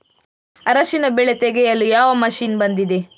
ಅರಿಶಿನ ಬೆಳೆ ತೆಗೆಯಲು ಯಾವ ಮಷೀನ್ ಬಂದಿದೆ?